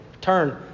Turn